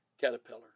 caterpillar